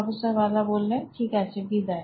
professor Bala ঠিক আছে বিদায়